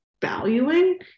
valuing